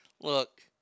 look